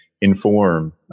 inform